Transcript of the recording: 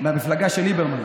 מהמפלגה של ליברמן,